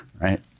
Right